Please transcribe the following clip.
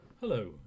Hello